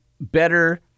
better